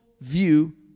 view